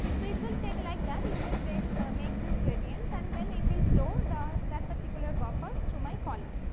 so, it will take like that it will take make this gradients and then it will flow the that particular buffer through my column